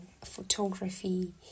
photography